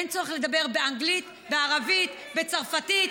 אין צורך לדבר באנגלית, בערבית, בצרפתית,